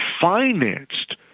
financed